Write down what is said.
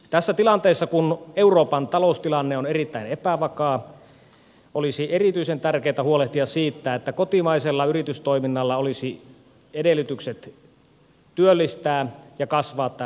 tässä tilanteessa kun euroopan taloustilanne on erittäin epävakaa olisi erityisen tärkeätä huolehtia siitä että kotimaisella yritystoiminnalla olisi edellytykset työllistää ja kasvaa täällä suomessa